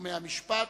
בתחומי המשפט,